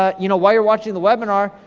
ah you know, while you're watching the webinar,